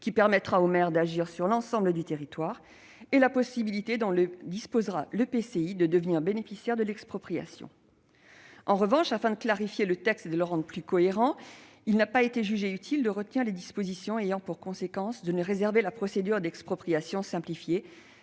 qui permettra au maire d'agir sur l'ensemble du territoire, et la possibilité dont disposera l'EPCI de devenir bénéficiaire de l'expropriation. En revanche, afin de clarifier le texte et de le rendre plus cohérent, il n'a pas été jugé utile de retenir les dispositions ayant pour conséquence de ne réserver la procédure d'expropriation simplifiée